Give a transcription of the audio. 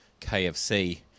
KFC